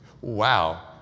wow